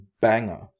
Banger